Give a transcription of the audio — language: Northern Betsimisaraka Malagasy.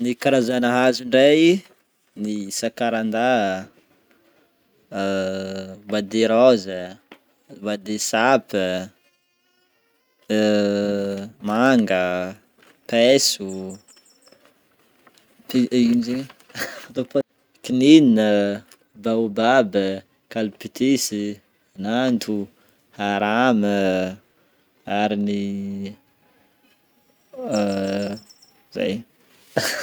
Ny karazana hazo ndray: ny zakaranda, bois de rose, bois de sape manga, paiso, pi- ino zegny, kinina, baobab, calptus, nanto, harama ary ny zay.